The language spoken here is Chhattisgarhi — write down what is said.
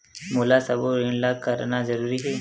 मोला सबो ऋण ला करना जरूरी हे?